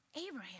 Abraham